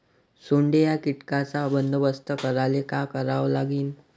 सोंडे या कीटकांचा बंदोबस्त करायले का करावं लागीन?